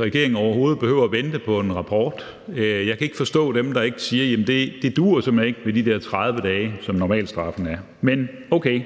regeringen overhovedet behøver at vente på en rapport. Jeg kan ikke forstå dem, der ikke siger: Jamen det duer simpelt hen ikke med de der 30 dage, som er normalstraffen. Men okay,